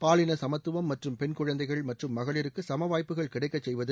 பாலின சமத்துவம் மற்றும் பெண் குழந்தைகள் மற்றும் மகளிருக்கு சமவாய்ட்புகள் கிடைக்கச் செய்வது